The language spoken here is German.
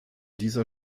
dieser